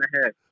ahead